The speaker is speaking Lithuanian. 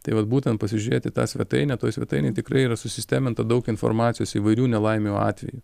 tai vat būtent pasižiūrėti tą svetainę toj svetainėj tikrai yra susisteminta daug informacijos įvairių nelaimių atveju